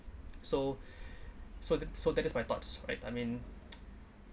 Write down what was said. so so that so that is my thoughts right I mean